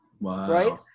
right